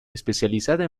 especializada